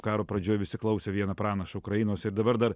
karo pradžioj visi klausė vieno pranašo ukrainos ir dabar dar